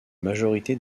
majorité